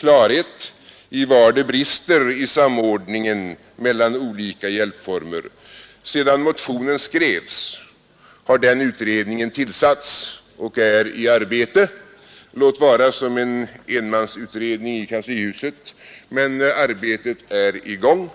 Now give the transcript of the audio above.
klarhet om var det brister i samordningen mellan olika hjälpformer. Sedan den motionen skrevs har också en utredning tillsatts och är nu i arbete, låt vara som en enmansutredning i kanslihuset Arbetet är i alla fall i gång.